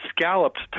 scalloped